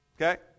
Okay